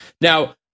Now